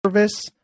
service